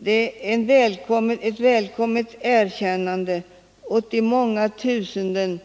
Det är ett välkommet erkännande åt de många tusenden